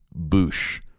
Boosh